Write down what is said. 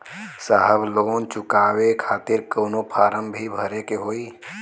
साहब लोन चुकावे खातिर कवनो फार्म भी भरे के होइ?